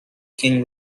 king